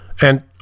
And